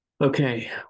Okay